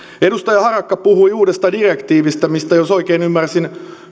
edustaja harakka puhui uudesta direktiivistä mistä jos oikein ymmärsin